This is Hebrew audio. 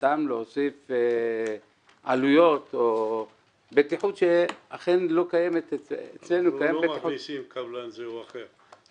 וסתם להוסיף עלויות --- אנחנו לא --- קבלן זה או אחר.